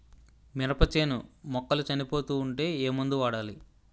మినప చేను మొక్కలు చనిపోతూ ఉంటే ఏమందు వాడాలి?